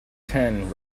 ten